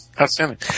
Outstanding